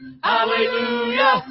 Hallelujah